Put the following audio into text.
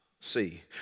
see